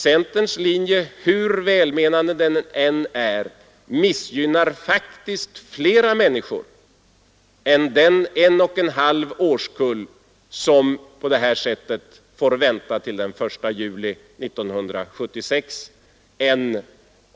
Centerns linje, hur välmenande den än är, missgynnar faktiskt fler människor än en och en halv årskull som på det här sättet får vänta till den 1 juli 1976.